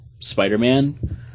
Spider-Man